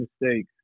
mistakes